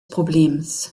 problems